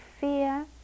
fear